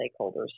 stakeholders